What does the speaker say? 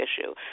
issue